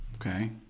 Okay